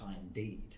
indeed